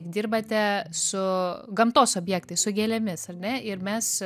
dirbate su gamtos objektais su gėlėmis ar ne ir mes